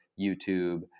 YouTube